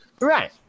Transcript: Right